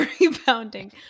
rebounding